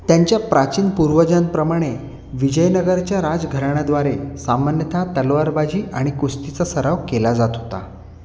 त्यांच्या प्राचीन पूर्वजांप्रमाणे विजयनगरच्या राजघराण्याद्वारे सामान्यतः तलवारबाजी आणि कुस्तीचा सराव केला जात होता